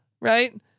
right